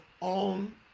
on